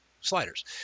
sliders